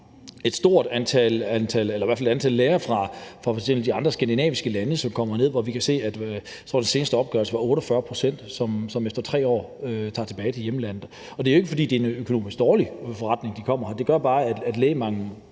er et antal læger fra f.eks. de andre skandinaviske lande, som kommer herned – og jeg tror, at det ifølge den seneste opgørelse var 48 pct., som efter 3 år tog tilbage til hjemlandet. Det er jo ikke, fordi det er en økonomisk dårlig forretning, at de kommer; det, at 48 pct. tager